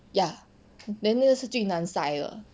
ya then 就是最难塞的